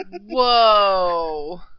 Whoa